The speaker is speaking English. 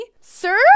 sir